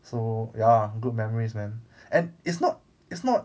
so ya lah good memories man and it's not it's not